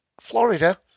Florida